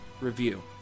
review